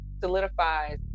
solidifies